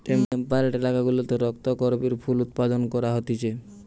temperate এলাকা গুলাতে রক্ত করবি ফুল গুলা উৎপাদন হতিছে